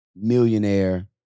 millionaire